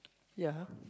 ya